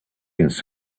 have